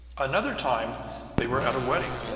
another time they were at a wedding,